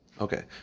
Okay